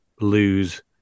lose